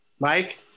Mike